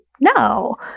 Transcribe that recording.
No